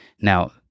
Now